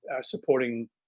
supporting